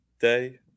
day